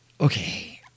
Okay